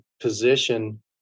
position